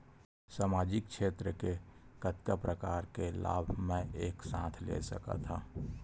सामाजिक क्षेत्र के कतका प्रकार के लाभ मै एक साथ ले सकथव?